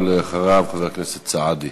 אחריו, חבר הכנסת סעדי.